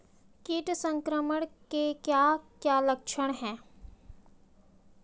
कीट संक्रमण के क्या क्या लक्षण हैं?